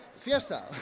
Fiesta